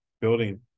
building